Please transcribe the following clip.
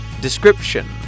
Description